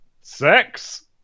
sex